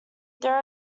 there